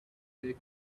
bacon